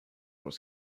was